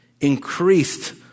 increased